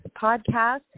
podcast